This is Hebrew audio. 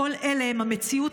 כל אלה הם המציאות